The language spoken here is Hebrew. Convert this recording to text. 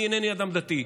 אני אינני אדם דתי,